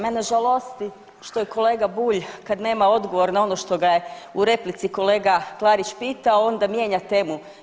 Mene žalosti što je kolega Bulj kad nema odgovor na ono što ga je u replici kolega Klarić pitao ona mijenja temu.